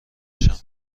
ایشان